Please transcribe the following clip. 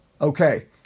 Okay